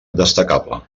destacable